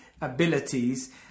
abilities